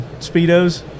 speedos